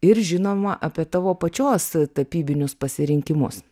ir žinoma apie tavo pačios tapybinius pasirinkimus